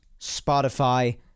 Spotify